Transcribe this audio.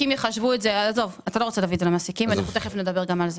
אל תגידי את זה.